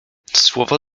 słowo